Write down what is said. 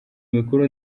mikuru